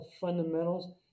fundamentals